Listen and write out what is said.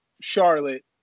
Charlotte